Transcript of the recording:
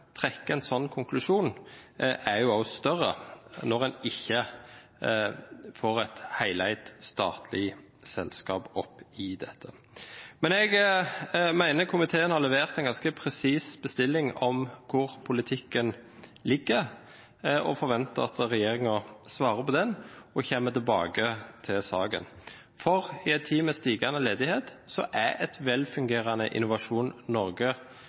en slik konklusjon, er også større når en ikke får et statlig heleid selskap her. Jeg mener komiteen har levert en ganske presis bestilling på hvor politikken skal ligge, og forventer at regjeringen svarer på den og kommer tilbake til saken. I en tid med stigende ledighet er et velfungerende Innovasjon Norge